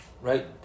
Right